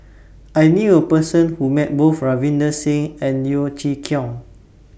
I knew A Person Who Met Both Ravinder Singh and Yeo Chee Kiong